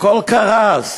הכול קרס,